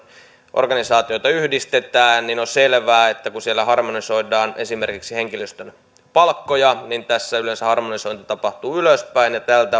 organisaatioita yhdistetään on selvää että kun siellä harmonisoidaan esimerkiksi henkilöstön palkkoja niin tässä yleensä harmonisointi tapahtuu ylöspäin tältä